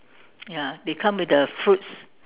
ya they come with the fruits